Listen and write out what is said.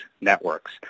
networks